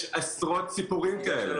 יש עשרות סיפורים כאלה.